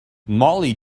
mollie